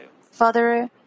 Father